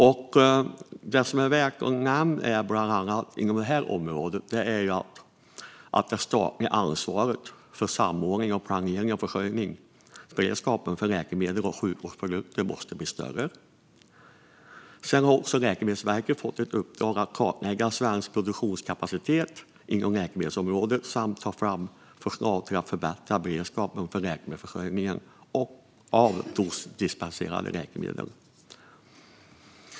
Inom det här området är särskilt värt att nämna att det statliga ansvaret för att samordna planeringen av försörjningsberedskapen för läkemedel och sjukvårdsprodukter måste bli större. Sedan har Läkemedelsverket fått i uppdrag att kartlägga svensk produktionskapacitet inom läkemedelsområdet samt att ta fram förslag för att förbättra beredskapen för försörjning av dosdispenserade läkemedel.